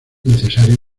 necesario